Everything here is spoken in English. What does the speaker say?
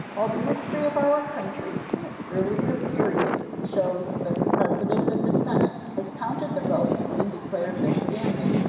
while the history of our country in its earlier periods shows that the president of the senate has counted the votes and declared their standing,